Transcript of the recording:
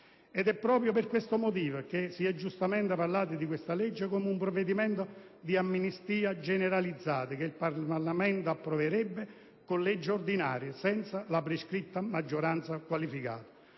ed è proprio per questo motivo che si è giustamente parlato di questa legge come di un provvedimento di "amnistia generalizzata" che il Parlamento approverebbe come legge ordinaria, senza la prescritta maggioranza qualificata.